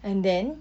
and then